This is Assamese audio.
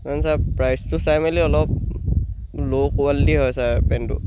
ম ছাৰ প্ৰাইচটো চাই মেলি অলপ ল' কোৱালিটি হয় ছাৰ পেণ্টটো